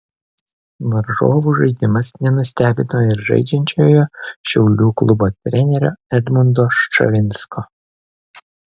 varžovų žaidimas nenustebino ir žaidžiančiojo šiaulių klubo trenerio edmundo ščavinsko